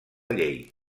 llei